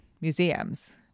museums